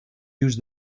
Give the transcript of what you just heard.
use